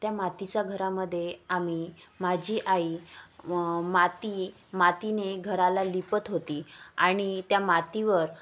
त्या मातीच्या घरामध्ये आम्ही माझी आई मं माती मातीने घराला लिपत होती आणि त्या मातीवर